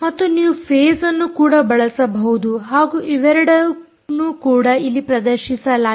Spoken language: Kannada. ಮತ್ತು ನೀವು ಫೇಸ್ ಅನ್ನು ಕೂಡ ಬಳಸಬಹುದು ಹಾಗೂ ಇವೆರಡನ್ನು ಕೂಡ ಇಲ್ಲಿ ಪ್ರದರ್ಶಿಸಲಾಗಿದೆ